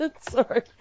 sorry